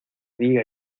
diga